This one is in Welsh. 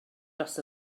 dros